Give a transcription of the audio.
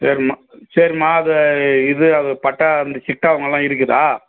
சரிம்மா சரிம்மா அது இது அது பட்டா இந்த சிட்டாங்கலாம் இருக்குதா